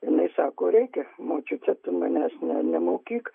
jinai sako reikia močiute tu manęs ne nemokyk